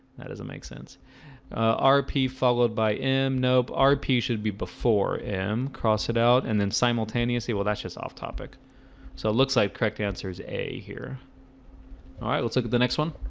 that doesn't make sense rp followed by m. nope, rp should be before m cross it out and then simultaneously well, that's just off topic so it looks like correct answers a here all right. let's look at the next one